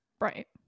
Right